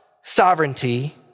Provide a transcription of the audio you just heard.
sovereignty